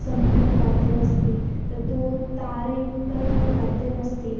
सम्यक् वाद्यम् अस्ति तत्तु तारयुक्तवाद्यमस्ति